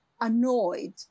annoyed